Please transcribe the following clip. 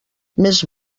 més